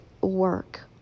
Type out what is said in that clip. work